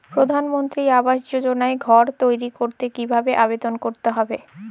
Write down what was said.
প্রধানমন্ত্রী আবাস যোজনায় ঘর তৈরি করতে কিভাবে আবেদন করতে হবে?